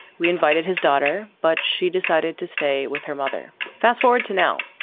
we invited his daughter, but she decided to stay with her mother. fast forward to now.